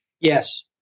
Yes